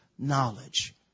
knowledge